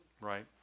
right